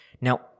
Now